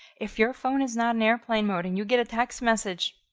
if your phone is not on airplane mode and you get a text message,